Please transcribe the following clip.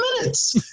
minutes